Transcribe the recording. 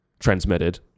transmitted